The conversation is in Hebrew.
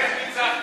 איך ניצחתם?